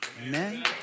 Amen